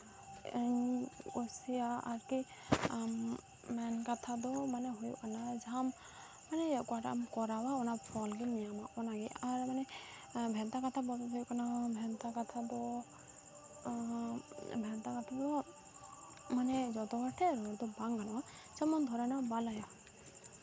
ᱤᱧ ᱳᱥᱤᱭᱟ ᱟᱨᱠᱤ ᱢᱮᱱ ᱠᱟᱛᱷᱟ ᱫᱚ ᱦᱩᱭᱩᱜ ᱠᱟᱱᱟ ᱢᱟᱱᱮ ᱡᱟᱦᱟᱸ ᱚᱠᱟᱴᱟᱜ ᱮᱢ ᱠᱚᱨᱟᱣᱟ ᱚᱱᱟ ᱯᱷᱚᱞ ᱜᱮ ᱧᱮᱞᱚᱜ ᱚᱱᱟᱜᱮ ᱟᱨ ᱢᱟᱱᱮ ᱵᱷᱮᱱᱛᱟ ᱠᱟᱛᱷᱟ ᱵᱚᱞᱛᱮ ᱫᱚ ᱦᱩᱭᱩᱜ ᱠᱟᱱᱟ ᱵᱷᱮᱱᱛᱟ ᱠᱟᱛᱷᱟ ᱫᱚ ᱵᱷᱮᱱᱛᱟ ᱠᱟᱛᱷᱟ ᱫᱚ ᱢᱟᱱᱮ ᱡᱚᱛᱚ ᱦᱚᱲ ᱞᱟᱹᱭ ᱫᱚ ᱵᱟᱝ ᱜᱟᱱᱚᱜᱼᱟ ᱡᱮᱢᱚᱱ ᱫᱷᱚᱨᱮ ᱱᱟᱣ ᱵᱟᱞᱟᱭᱟ